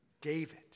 David